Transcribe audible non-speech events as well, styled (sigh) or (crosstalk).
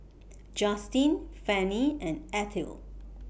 (noise) Justine Fannie and Ethyl